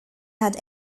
had